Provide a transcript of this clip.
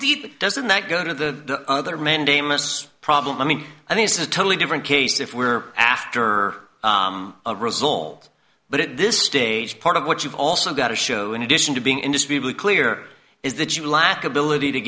indeed doesn't that go to the other mandamus problem i mean i think it's a totally different case if we're after a result but at this stage part of what you've also got to show in addition to being industry really clear is that you lack ability to